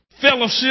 fellowship